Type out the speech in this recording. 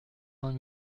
vingt